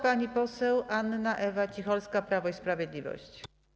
Pani poseł Anna Ewa Cicholska, Prawo i Sprawiedliwość.